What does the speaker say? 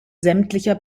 sämtlicher